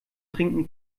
trinken